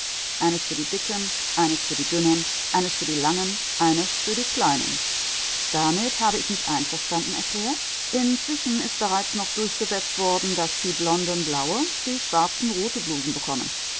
eines für die dicken eines für die dünnen eines für die langen eines für die kleinen damit habe ich mich einverstanden erklärt inzwischen ist bereits noch durchgesetzt worden daß die blonden blaue die schwarzen rote blusen bekommen